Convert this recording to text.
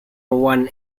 one